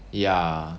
ya